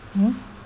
hmm